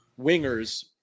wingers